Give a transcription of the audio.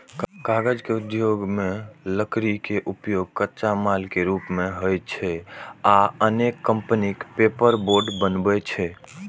कागज उद्योग मे लकड़ी के उपयोग कच्चा माल के रूप मे होइ छै आ अनेक कंपनी पेपरबोर्ड बनबै छै